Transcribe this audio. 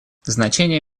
значение